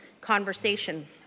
conversation